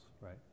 right